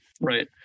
Right